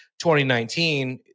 2019